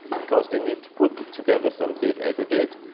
because they need to put together some big aggregate.